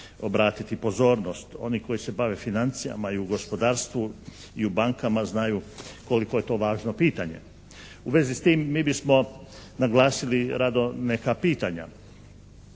obratiti pozornost. Oni koji se bave financijama u gospodarstvu i u bankama znaju koliko je to važno pitanje. U vezi s tim mi bismo naglasili rado neka pitanja.